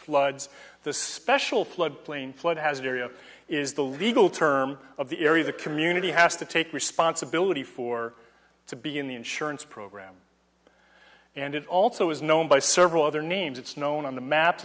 floods the special flood plain flood has an area is the legal term of the area the community has to take responsibility for to begin the insurance program and it also is known by several other names it's known on the map